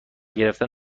گرفتن